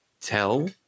tell